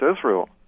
Israel